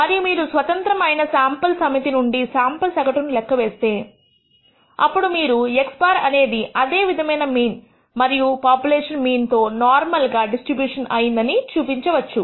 మరియు మీరు స్వతంత్రం అయిన శాంపుల్స్ సమితి నుండి శాంపుల్ సగటు ను లెక్క వేస్తే అప్పుడు మీరు x̅ అనేది అదే విధమైన మీన్ మరియు పాపులేషన్ మీన్ తో నార్మల్ గా డిస్ట్రిబ్యూట్ అయిందని నిరూపించవచ్చు